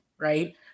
right